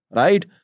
right